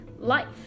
Life